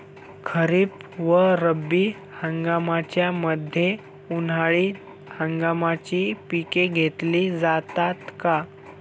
खरीप व रब्बी हंगामाच्या मध्ये उन्हाळी हंगामाची पिके घेतली जातात का?